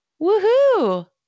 Woohoo